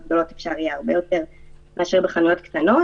גדולות אפשר יהיה הרבה יותר מאשר בחנויות קטנות.